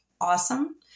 awesome